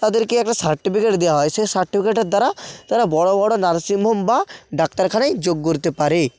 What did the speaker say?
তাদেরকে একটা সাট্টিফিকেট দেওয়া হয় সেই সার্টিফিকেটের দ্বারা তারা বড়ো বড়ো নার্সিংহোম বা ডাক্তারখানায় যোগ করতে পারে